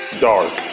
dark